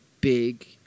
big